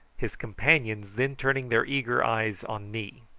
his companions then turning their eager eyes on me.